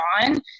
on